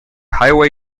highway